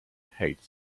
heights